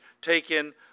taken